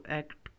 act